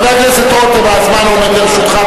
חבר הכנסת רותם, הזמן עומד לרשותך,